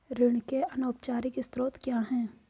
ऋण के अनौपचारिक स्रोत क्या हैं?